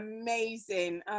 amazing